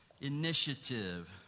initiative